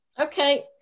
Okay